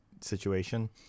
situation